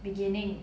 beginning